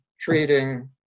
treating